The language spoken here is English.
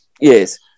Yes